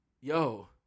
Yo